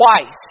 twice